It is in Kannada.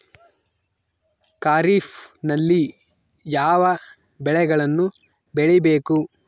ಖಾರೇಫ್ ನಲ್ಲಿ ಯಾವ ಬೆಳೆಗಳನ್ನು ಬೆಳಿಬೇಕು?